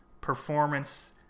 performance